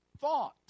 thought